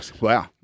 Wow